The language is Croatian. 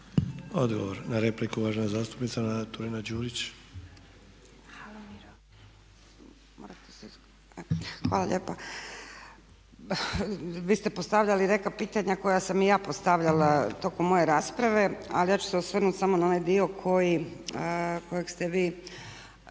Odgovor na repliku, uvažena zastupnica Nada Turina-Đurić. **Turina-Đurić, Nada (HNS)** Hvala lijepa. Vi ste postavljali neka pitanja koja sam i ja postavljala tokom moje rasprave. Ali ja ću se osvrnuti samo na onaj dio kojeg ste vi